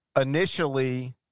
Initially